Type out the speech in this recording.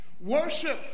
Worship